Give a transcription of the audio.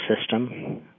system